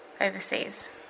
overseas